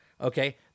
Okay